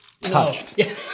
Touched